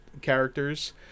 characters